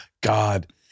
God